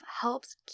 helps